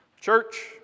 Church